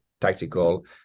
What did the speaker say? tactical